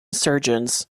sergeants